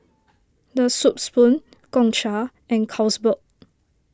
the Soup Spoon Gongcha and Carlsberg